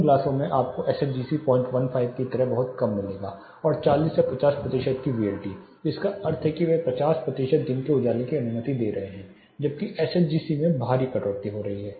उन ग्लासों में आपको SHGC 015 की तरह बहुत कम मिलेगा और 40 से 50 प्रतिशत की VLT जिसका अर्थ है कि वे 50 प्रतिशत दिन के उजाले की अनुमति दे रहे हैं जबकि SHGC में भारी कटौती हो रही है